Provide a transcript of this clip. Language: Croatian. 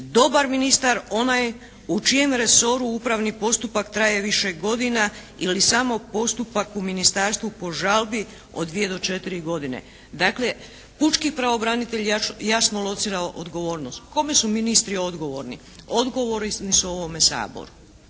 dobar ministar onaj u čijem resoru upravni postupak traje više godina ili samo postupak u Ministarstvu po žalbi od dvije do četiri godine». Dakle pučki pravobranitelj jasno locira odgovornost. Kome su ministri odgovorni? Odgovorni su ovome Saboru.